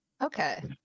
Okay